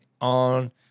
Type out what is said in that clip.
on